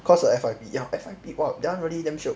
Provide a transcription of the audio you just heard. cause the F_Y_P ya F_Y_P !wah! that one really damn shiok